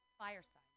fireside